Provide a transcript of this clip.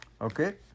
Okay